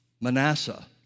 Manasseh